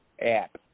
app